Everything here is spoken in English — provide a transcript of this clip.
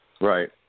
Right